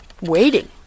waiting